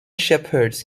shepherds